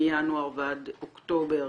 מינואר ועד אוקטובר